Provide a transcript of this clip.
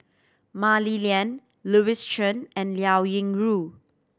Mah Li Lian Louis Chen and Liao Yingru